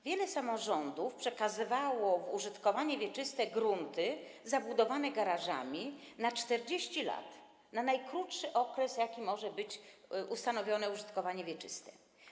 Wiele samorządów przekazywało w użytkowanie wieczyste grunty zabudowane garażami na 40 lat - na najkrótszy okres, na jaki może być ustanowione użytkowanie wieczyste.